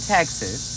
Texas